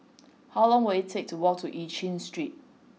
how long will it take to walk to Eu Chin Street